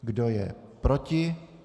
Kdo je proti?